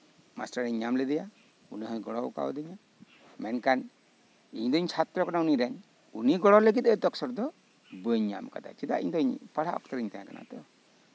master ᱤᱧ ᱧᱟᱢ ᱞᱮᱫᱮᱭᱟ ᱩᱱᱤ ᱦᱚᱭ ᱜᱚᱲᱚ ᱠᱟᱣᱫᱤᱧᱟ ᱢᱮᱱᱠᱷᱟᱱ ᱤᱧ ᱫᱚᱧ ᱪᱷᱟᱛᱨᱚ ᱠᱟᱱᱟ ᱩᱱᱤ ᱨᱮᱱ ᱩᱱᱤ ᱜᱚᱲᱚ ᱞᱟᱹᱜᱤᱫ ᱚᱯᱥᱚᱨ ᱫᱚ ᱵᱟᱹᱧ ᱧᱟᱢ ᱠᱟᱫᱟ ᱪᱮᱫᱟᱜ ᱵᱟᱹᱧ ᱧᱟᱢ ᱠᱟᱫᱟ ᱯᱟᱲᱦᱟᱜ ᱠᱟᱱᱟᱧ ᱤᱧ ᱛᱚ